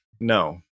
no